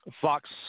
Fox